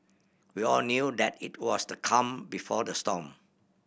we all knew that it was the calm before the storm